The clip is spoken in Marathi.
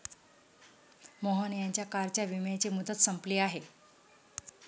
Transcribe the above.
मोहन यांच्या कारच्या विम्याची मुदत संपली आहे